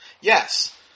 yes